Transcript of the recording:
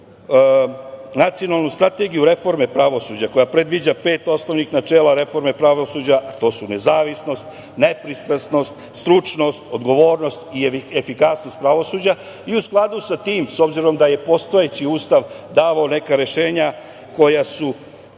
nacionalnu srategiju o reformi pravosuđa koja predviđa pet osnovnih načela reforme pravosuđa, a to su nezavisnost, nepristrasnost, stručnost, odgovornost i efikasnost pravosuđa i u skladu sa tim s obzirom da je Ustav davao neka rešenja koja su,